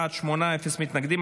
בעד, שמונה, אפס מתנגדים.